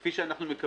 כפי שאנחנו מקווים,